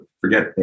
forget